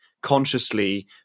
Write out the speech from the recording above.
consciously